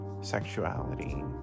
sexuality